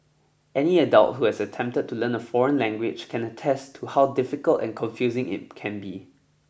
any adult who has attempted to learn a foreign language can attest to how difficult and confusing it can be